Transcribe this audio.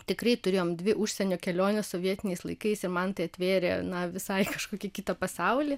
tikrai turėjom dvi užsienio keliones sovietiniais laikais ir man tai atvėrė na visai kažkokį kitą pasaulį